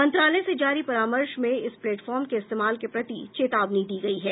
मंत्रालय से जारी परामर्श में इस प्लेटफॉर्म के इस्तेमाल के प्रति चेतावनी दी गई है